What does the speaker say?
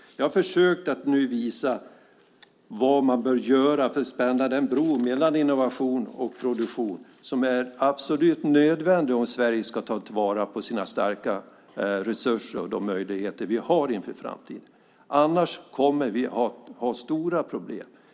Jag har försökt att nu visa vad man bör göra för att spänna den bro mellan innovation och produktion som är absolut nödvändig om Sverige ska ta vara på sina starka resurser och de möjligheter vi har inför framtiden. Om vi inte gör det kommer vi att få stora problem.